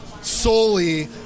solely